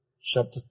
chapter